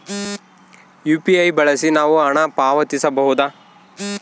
UPI ಬಳಸಿ ನಾವು ಹಣ ಪಾವತಿಸಬಹುದಾ?